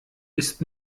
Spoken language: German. ist